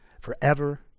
forever